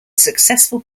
successful